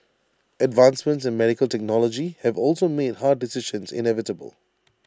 advancements in medical technology have also made hard decisions inevitable